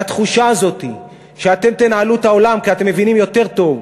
והתחושה הזאת שאתם תנהלו את העולם כי אתם מבינים יותר טוב,